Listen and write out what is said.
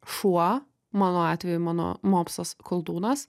šuo mano atveju mano mopsas koldūnas